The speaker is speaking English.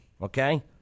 okay